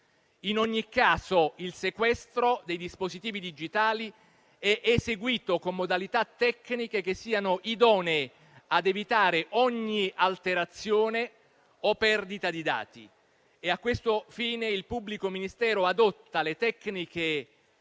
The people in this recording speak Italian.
In ogni caso, il sequestro dei dispositivi digitali è eseguito con modalità tecniche che siano idonee ad evitare ogni alterazione o perdita di dati. A questo fine, il pubblico ministero adotta le tecniche